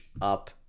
up